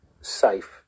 safe